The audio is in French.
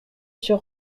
sur